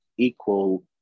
equal